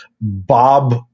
Bob